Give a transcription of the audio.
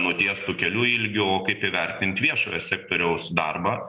nutiestų kelių ilgį o kaip įvertint viešojo sektoriaus darbą